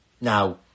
Now